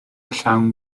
llawn